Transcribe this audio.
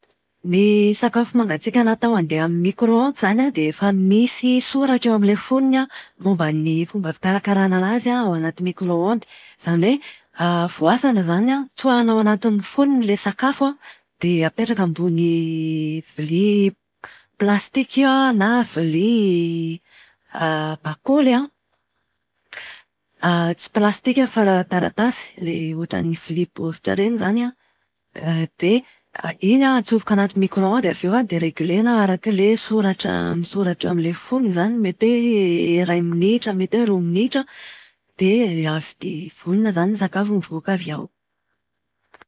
Ny sakafo mangatsiaka natao handeha amin'ny micro-ondes izany an, dia efa misy soratra eo amin'ilay fofony momba ny fomba fikarakarana anazy an ao anaty micro-ondes. Izany hoe, voasana izany an, tsoahina ao anatin'ny fonony ilay sakafo an, dia apetraka ambony vilia plastika na vilia bakoly an. Tsy plastika fa taratasy. Ilay ohatran'ny vilia baoritra ireny izany an dia iny atsofoka anaty micro-ondes avy eo an dia relge-na arak'ilay soratra soratra eo amin'ilay fonony izany mety hoe iray minitra mety hoe roa minitra. Dia avy dia vonona izany ny sakafo mivoaka avy ao.